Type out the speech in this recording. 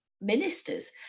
ministers